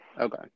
okay